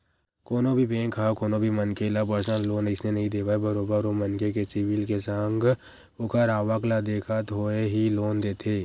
कोनो भी बेंक ह कोनो भी मनखे ल परसनल लोन अइसने ही नइ देवय बरोबर ओ मनखे के सिविल के संग ओखर आवक ल देखत होय ही लोन देथे